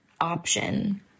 option